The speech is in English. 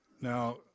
Now